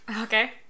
Okay